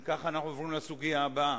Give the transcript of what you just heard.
לא רוצה לקלקל את הדיאלוג הזה.